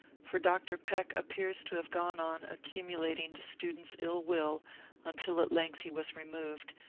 for dr. peck appears to have gone on accumulating the students' ill will until at length he was removed,